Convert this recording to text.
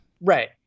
Right